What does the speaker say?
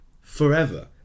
forever